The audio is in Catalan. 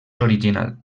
original